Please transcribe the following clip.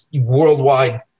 worldwide